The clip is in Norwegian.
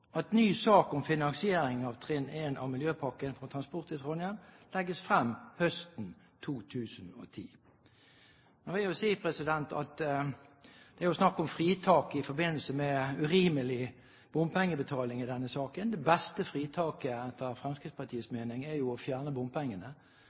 at ny sak om finansiering av trinn 1 av Miljøpakke for transport i Trondheim legges frem høsten 2010.» Jeg vil si at det er snakk om fritak i forbindelse med urimelig bompengebetaling i denne saken. Det beste fritaket, etter